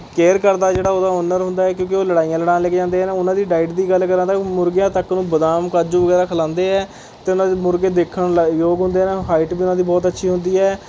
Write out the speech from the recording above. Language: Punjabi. ਕੇਅਰ ਕਰਦਾ ਜਿਹੜਾ ਉਹਦਾ ਔਨਰ ਹੁੰਦਾ ਕਿਉਂਕਿ ਉਹ ਲੜਾਈਆਂ ਲੜਾਉਣ ਲੈੇ ਕੇ ਜਾਂਦੇ ਹੈ ਉਨ੍ਹਾਂ ਦੀ ਡਾਈਟ ਦੀ ਗੱਲ ਕਰਾਂ ਤਾਂ ਮੁਰਗਿਆਂ ਤੱਕ ਨੂੰ ਬਦਾਮ ਕਾਜੂ ਵਗੈਰਾ ਖਿਲਾਉਂਦੇ ਹੈ ਅਤੇ ਉਨ੍ਹਾਂ ਦੇ ਮੁਰਗੇ ਵੇਖਣ ਯੋਗ ਹੁੰਦੇ ਹਨ ਹਾਈਟ ਵੀ ਉਨ੍ਹਾਂ ਦੀ ਬਹੁਤ ਅੱਛੀ ਹੁੰਦੀ ਹੈ